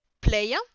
player